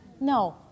No